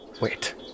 Wait